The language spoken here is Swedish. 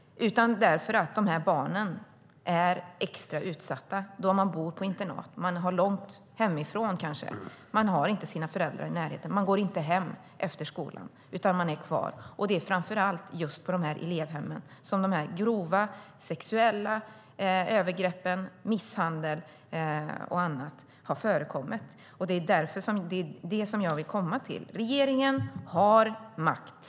De här barnen är extra utsatta eftersom de bor på internat. De är kanske långt hemifrån. De har inte sina föräldrar i närheten. De går inte hem efter skolan, utan de är kvar. Och det är framför allt på elevhemmen som grova och sexuella övergrepp och misshandel och annat har förekommit. Det är det som jag vill komma till. Regeringen har makt.